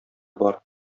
бар